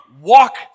walk